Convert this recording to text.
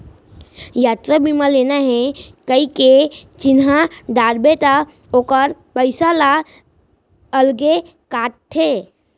यातरा बीमा लेना हे कइके चिन्हा डारबे त ओकर पइसा ल अलगे काटथे